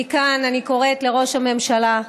מכאן אני קוראת לראש הממשלה: